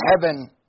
heaven